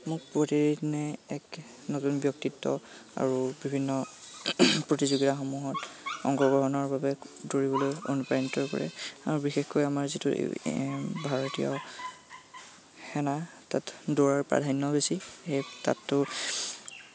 মোক প্ৰতিদিনে এক নতুন ব্যক্তিত্ব আৰু বিভিন্ন প্ৰতিযোগিতাসমূহত অংগগ্ৰহণৰ বাবে দৌৰিবলৈ অনুপ্ৰাণিত কৰে আৰু বিশেষকৈ আমাৰ যিটো ভাৰতীয় সেনা তাত দৌৰাৰ প্ৰাধান্য বেছি সেই তাততো